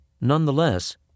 Nonetheless